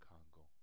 Congo